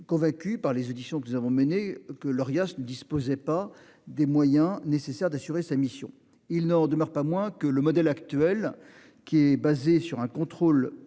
Convaincus par les auditions que nous avons menée, que l'orgasme ne disposait pas des moyens nécessaires d'assurer sa mission. Il n'en demeure pas moins que le modèle actuel qui est basé sur un contrôle